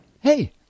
Hey